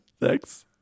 Thanks